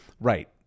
right